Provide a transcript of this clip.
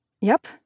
Yep